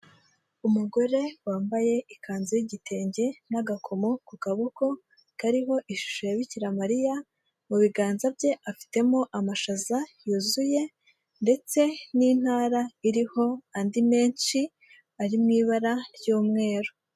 Umugore wambaye ikanzu y'igitenge n'agakomo ku gaboko kariho ishusho ya Bikiramariya, mu biganza bye afitemo amashaza yuzuye ndetse n'intara iriho andi menshi ari mu ibara ry'umweru.